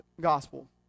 gospel